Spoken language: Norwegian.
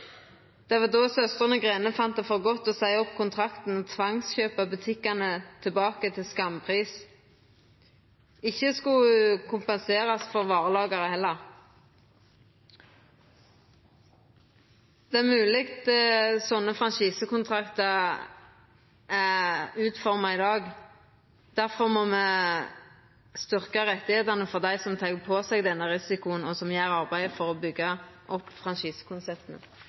Då fann Søstrene Grene det for godt å seia opp kontrakten og tvangskjøpa butikkane tilbake til skampris. Ikkje skulla ho verta kompensert for varelageret heller. Det er mogleg slike franchisekontraktar er utforma i dag. Difor må me styrkja rettane til dei som tek på seg denne risikoen og gjer arbeidet for å byggja opp